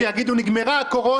שיגידו: נגמרה הקורונה.